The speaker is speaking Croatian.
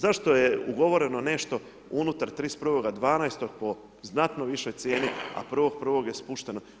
Zašto, zašto je ugovoreno nešto unutar 31.12. po znatno višoj cijeni a 1.1. je spušteno?